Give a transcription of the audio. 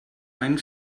einen